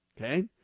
Okay